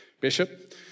Bishop